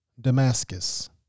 Damascus